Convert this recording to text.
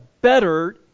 better